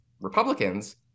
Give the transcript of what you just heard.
Republicans